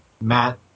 Matt